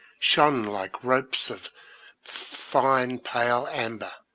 shone like ropes of fine pale amber,